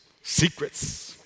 secrets